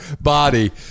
body